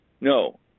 No